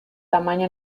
tamaño